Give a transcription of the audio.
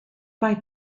mae